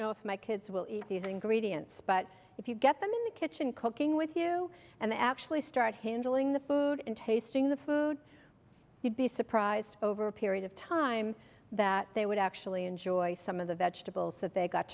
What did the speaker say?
know if my kids will eat these ingredients but if you get them in the kitchen cooking with you and then actually start handling the food and tasting the food you'd be surprised over a period of time that they would actually enjoy some of the vegetables that they've got